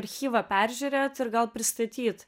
archyvą peržiūrėt ir gal pristatyt